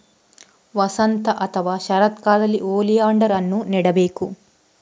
ವಸಂತ ಅಥವಾ ಶರತ್ಕಾಲದಲ್ಲಿ ಓಲಿಯಾಂಡರ್ ಅನ್ನು ನೆಡಬೇಕು